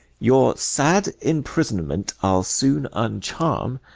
your sad imprisonment i ll soon uncharm,